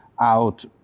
out